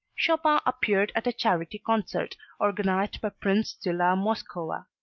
chopin appeared at a charity concert organized by prince de la moskowa.